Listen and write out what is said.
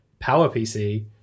PowerPC